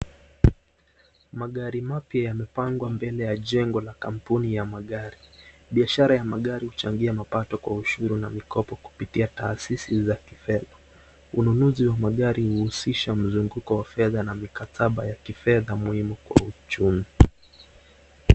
Magari mapya yamepangwa mbele ya jengo la kampuni ya magari. Biashara ya magari huchangia mabato kwa ushuru na mikopo kupitia taasisi za kifedha. Ununuzi wa magari huhusisha mzunguko wa kifedha na mikataba ya kifedha muhimu kwa uchumi.